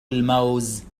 الموز